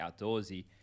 outdoorsy